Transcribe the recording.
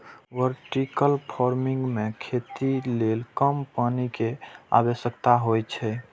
vertical farming मे खेती लेल कम पानि के आवश्यकता होइ छै